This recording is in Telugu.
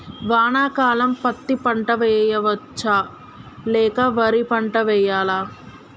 వానాకాలం పత్తి పంట వేయవచ్చ లేక వరి పంట వేయాలా?